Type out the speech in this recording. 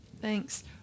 Thanks